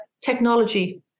technology